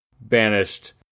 banished